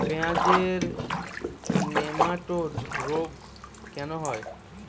পেঁয়াজের নেমাটোড রোগ কেন হয়?